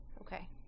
Okay